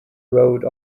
rode